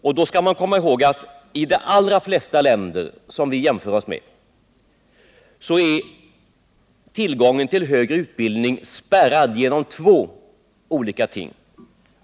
Och då skall man komma ihåg att i de allra flesta länder som vi jämför oss med är tillgången till högre utbildning spärrad genom två olika ting.